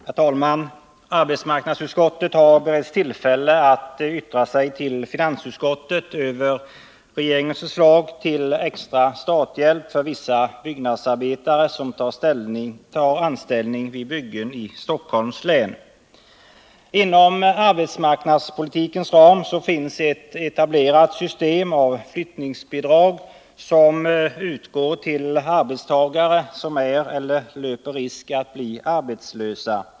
Herr talman! Arbetsmarknadsutskottet har beretts tillfälle att yttra sig till finansutskottet över regeringens förslag om extra starthjälp till vissa byggnadsarbetare som tar anställning vid byggen i Stockholms län. Inom arbetsmarknadspolitikens ram finns ett etablerat system av flyttningsbidrag, som utgår till arbetstagare som är eller löper risken att bli arbetslösa.